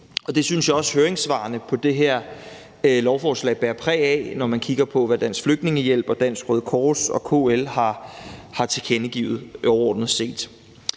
Det synes jeg også at høringssvarene til det her lovforslag bærer præg af, når man kigger på, hvad Dansk Flygtningehjælp og Dansk Røde Kors og KL overordnet set